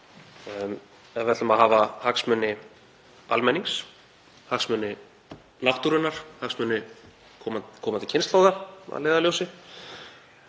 Ef við ætlum að hafa hagsmuni almennings, hagsmuni náttúrunnar, hagsmuni komandi kynslóða að leiðarljósi